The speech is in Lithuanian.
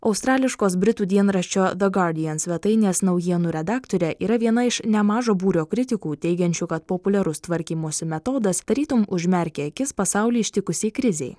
australiškos britų dienraščio de gardijan svetainės naujienų redaktorė yra viena iš nemažo būrio kritikų teigiančių kad populiarus tvarkymosi metodas tarytum užmerkė akis pasaulį ištikusiai krizei